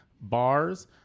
bars